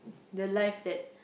the life that